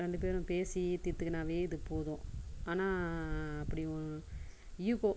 ரெண்டு பேரும் பேசி தீத்துக்குனாவே இது போதும் ஆனால் அப்படி ஒரு ஈகோ